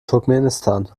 turkmenistan